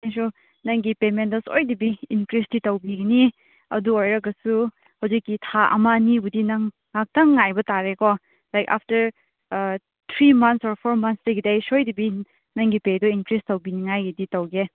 ꯑꯩꯁꯨ ꯅꯪꯒꯤ ꯄꯦꯃꯦꯟꯗꯣ ꯁꯣꯏꯗꯕꯤ ꯏꯟꯀ꯭ꯔꯤꯁꯇꯤ ꯇꯧꯕꯤꯒꯅꯤ ꯑꯗꯨ ꯑꯣꯏꯔꯒꯁꯨ ꯍꯧꯖꯤꯛꯀꯤ ꯊꯥ ꯑꯃ ꯑꯅꯤꯕꯨꯗꯤ ꯅꯪ ꯉꯥꯛꯇꯪ ꯉꯥꯏꯕ ꯇꯥꯔꯦꯀꯣ like after three months or four ꯃꯟꯁꯇꯒꯤꯗꯤ ꯑꯩ ꯁꯣꯏꯗꯕꯤ ꯅꯪꯒꯤ ꯄꯦꯗꯨ ꯏꯟꯀ꯭ꯔꯤꯁ ꯇꯧꯕꯤꯅꯤꯡꯉꯥꯏꯒꯤꯗꯤ ꯇꯧꯒꯦ